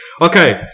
Okay